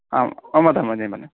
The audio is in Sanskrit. आम्